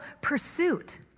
pursuit